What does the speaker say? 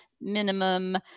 minimum